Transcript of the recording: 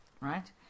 Right